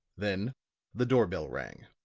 then the door-bell rang.